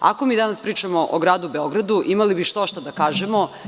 Ako mi danas pričamo o gradu Beogradu imali bi što-šta da kažemo.